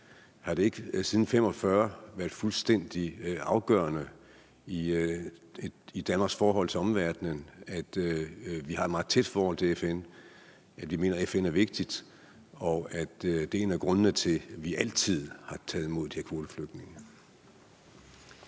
Har det ikke siden 1945 været fuldstændig afgørende i Danmarks forhold til omverdenen, at vi har haft et meget tæt forhold til FN, at vi mener, at FN er vigtigt, og at det er en af grundene til, at vi altid har taget imod de her kvoteflygtninge?